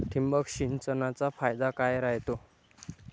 ठिबक सिंचनचा फायदा काय राह्यतो?